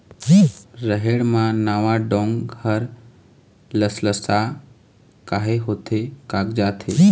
रहेड़ म नावा डोंक हर लसलसा काहे होथे कागजात हे?